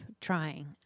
trying